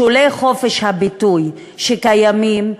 משולי חופש הביטוי שקיימים,